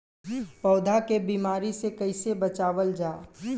पौधा के बीमारी से कइसे बचावल जा?